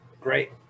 great